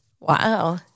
wow